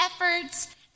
efforts